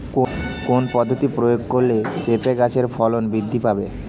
কোন পদ্ধতি প্রয়োগ করলে পেঁপে গাছের ফলন বৃদ্ধি পাবে?